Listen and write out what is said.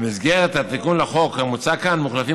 במסגרת התיקון לחוק המוצע כאן מוחלפים